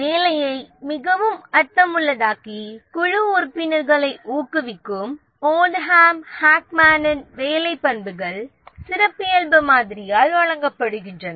வேலையை மிகவும் அர்த்தமுள்ளதாக்கி குழு உறுப்பினர்களை ஊக்குவிக்கும் ஓல்ட்தாம் ஹாக்மேன் வேலை பண்புகள் சிறப்பியல்பு மாதிரியால் வழங்கப்படுகின்றன